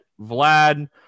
Vlad